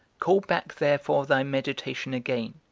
call back therefore thy meditation again,